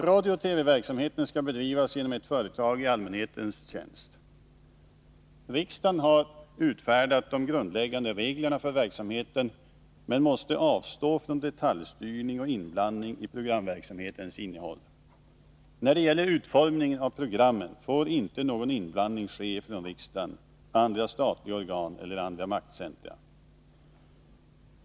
Radiooch TV-verksamheten skall bedrivas genom ett företag i allmänhetens tjänst. Riksdagen har utfärdat de grundläggande reglerna för verksamheten, men måste avstå från detaljstyrning och inblandning i programverksamhetens innehåll. När det gäller utformningen av programmen får inte någon inblandning ske från riksdagen, andra statliga organ eller andra maktcentra.